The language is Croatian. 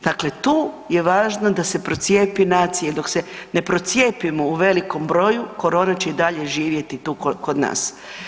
Dakle, tu je važno da se procijepi nacija i dok se ne procijepimo u velikom broju korona će i dalje živjeti tu kod nas.